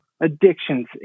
addictions